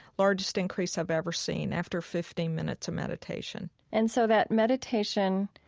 largest increase i've ever seen after fifteen minutes of meditation and so that meditation